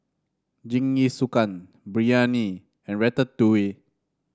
Jingisukan Biryani and Ratatouille